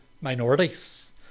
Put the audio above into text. minorities